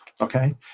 okay